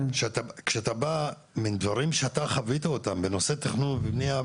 כשאתה בא מדברים שאתה חווית אותם בנושא תכנון ובנייה,